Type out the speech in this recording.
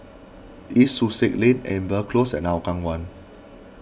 East Sussex Lane Amber Close and Hougang one